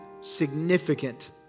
significant